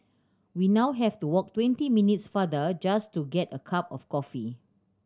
we now have to walk twenty minutes farther just to get a cup of coffee